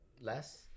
less